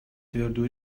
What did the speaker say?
твердую